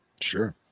Sure